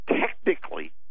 technically